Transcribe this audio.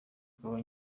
kuba